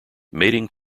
mating